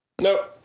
No